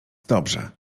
dobrze